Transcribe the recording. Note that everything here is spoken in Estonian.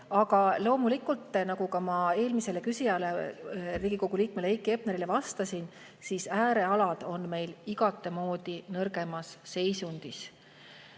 Aga loomulikult, nagu ma ka eelmisele küsijale, Riigikogu liikmele Heiki Hepnerile vastasin, on äärealad meil igatemoodi nõrgemas seisus,